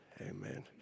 amen